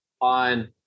on